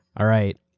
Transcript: all right.